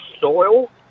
soil